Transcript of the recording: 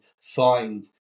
find